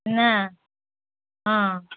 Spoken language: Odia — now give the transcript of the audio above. ନା ହଁ